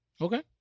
Okay